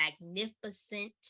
magnificent